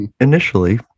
initially